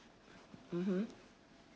mmhmm